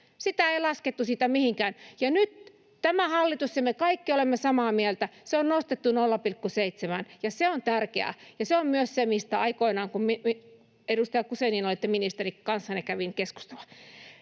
Sitä ei laskettu siitä mihinkään. Nyt tämä hallitus ja me kaikki olemme samaa mieltä, se on nostettu 0,7:ään, ja se on tärkeää. Se on myös se, mistä aikoinaan, edustaja Guzenina, kun olitte ministeri, kanssanne kävin keskustelua.